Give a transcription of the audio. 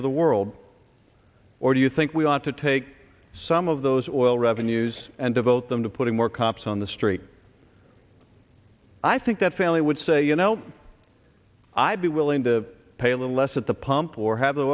of the world or do you think we ought to take some of those oil revenues and devote them to putting more cops on the street i think that family would say you know i'd be willing to pay a little less at the pump or have the